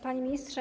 Panie Ministrze!